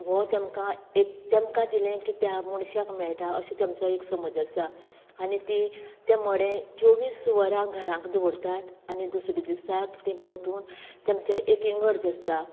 हो तेंका एक तेंमकां दिलें की त्या मनशाक मेळटा अशें तेंमचो एक समज आसा आनी तीं तें मडें चोवीस वरां घरांक दवरतात आनी दुसरे दिसाक तीं परतून तेंमचें एक इगर्ज आसता